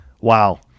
wow